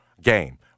game